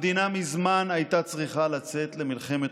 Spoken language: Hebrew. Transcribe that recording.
המדינה מזמן הייתה צריכה לצאת למלחמת